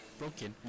broken